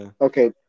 Okay